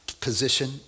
position